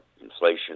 inflation